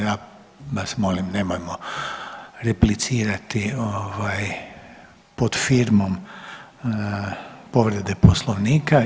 Ja vas molim nemojmo replicirati pod firmom povrede Poslovnika.